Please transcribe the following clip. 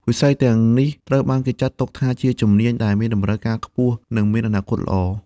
វិស័យទាំងនេះត្រូវបានគេចាត់ទុកថាជាជំនាញដែលមានតម្រូវការខ្ពស់និងមានអនាគតល្អ។